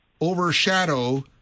overshadow